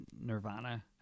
Nirvana